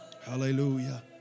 Hallelujah